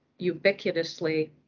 ubiquitously